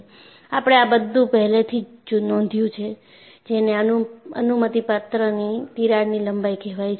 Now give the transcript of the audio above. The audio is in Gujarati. આપણે આ બધું પહેલેથી જ નોંધ્યું છે જેને અનુમતિપાત્રની તિરાડની લંબાઈ કહેવાય છે